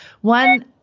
One